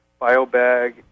BioBag